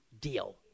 deal